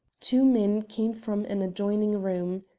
two men came from an adjoining room.